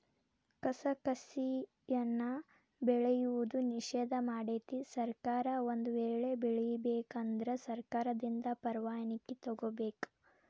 ಕಸಕಸಿಯನ್ನಾ ಬೆಳೆಯುವುದು ನಿಷೇಧ ಮಾಡೆತಿ ಸರ್ಕಾರ ಒಂದ ವೇಳೆ ಬೆಳಿಬೇಕ ಅಂದ್ರ ಸರ್ಕಾರದಿಂದ ಪರ್ವಾಣಿಕಿ ತೊಗೊಬೇಕ